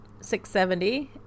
670